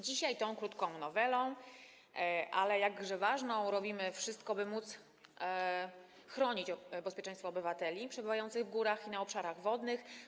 Dzisiaj tą krótką, ale jakże ważną nowelą robimy wszystko, by chronić bezpieczeństwo obywateli przebywających w górach i na obszarach wodnych.